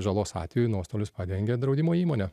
žalos atveju nuostolius padengia draudimo įmonė